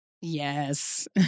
Yes